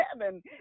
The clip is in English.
heaven